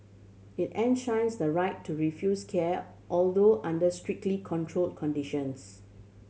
it enshrines the right to refuse care although under strictly control conditions